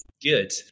Good